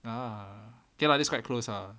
uh okay lah this quite close ah